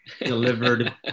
delivered